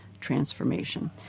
Transformation